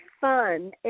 fun